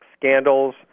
scandals